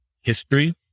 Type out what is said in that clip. history